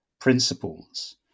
principles